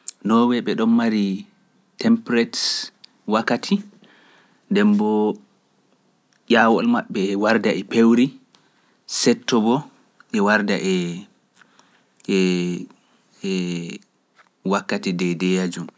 Noway ɓe ɗon mari temprette wakkati nden mbo ƴawol maɓɓe warda e pewri setto mbo e warda e wakkati ɗum ndiyamji